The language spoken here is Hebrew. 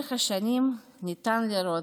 לאורך השנים ניתן לראות,